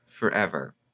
Forever